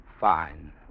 fine